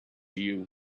you